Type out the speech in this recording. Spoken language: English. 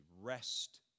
rest